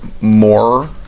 more